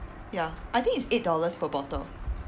ya I think it's eight dollars per bottle